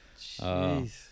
Jeez